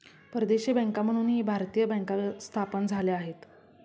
परदेशी बँका म्हणूनही भारतीय बँका स्थापन झाल्या आहेत